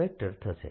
dS થશે